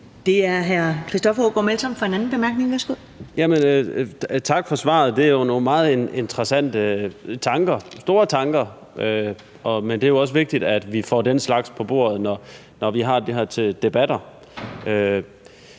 Kl. 15:53 Christoffer Aagaard Melson (V): Tak for svaret. Det er jo nogle meget interessante tanker, store tanker, men det er også vigtigt, at vi får den slags på bordet, når vi har de her debatter.